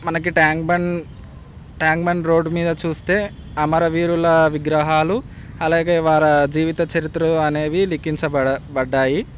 మనకి ట్యాంక్ బండ్ ట్యాంక్ బండ్ రోడ్డు మీద చూస్తే అమరవీరుల విగ్రహాలు అలాగే వారి జీవిత చరిత్రలు అనేవి లిఖించబడి బడ్డాయి